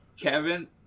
Kevin